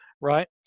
right